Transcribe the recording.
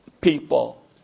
people